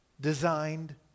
designed